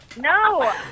No